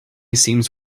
seems